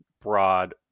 broad